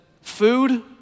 food